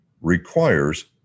requires